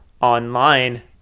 online